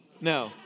no